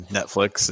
Netflix